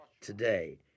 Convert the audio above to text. today